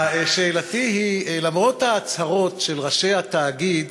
שאלתי היא: למרות ההצהרות של ראשי התאגיד